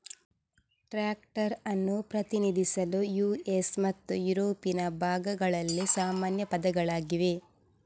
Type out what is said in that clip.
tractor ಅನ್ನು ಪ್ರತಿನಿಧಿಸಲು US ಮತ್ತು ಯುರೋಪಿನ ಭಾಗಗಳಲ್ಲಿ ಸಾಮಾನ್ಯ ಪದಗಳಾಗಿವೆ